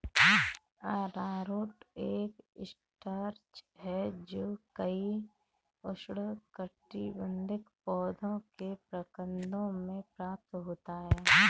अरारोट एक स्टार्च है जो कई उष्णकटिबंधीय पौधों के प्रकंदों से प्राप्त होता है